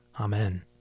Amen